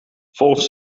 volgens